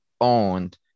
owned